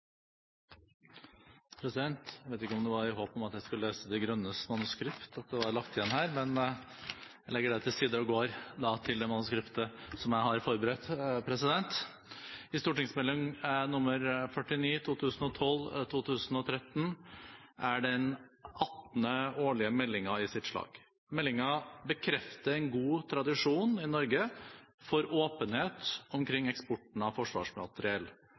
Jeg vet ikke om det var i håp om at jeg skulle lese Miljøpartiet De Grønnes manuskript at det var lagt igjen her, men jeg legger det til side og går til det manuskriptet jeg har forberedt. Meld. S nr. 49 for 2012–2013 er den 18. årlige meldingen i sitt slag. Meldingen bekrefter en god tradisjon i Norge for åpenhet omkring eksporten av forsvarsmateriell